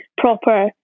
proper